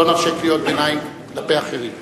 לא נרשה קריאות ביניים כלפי אחרים.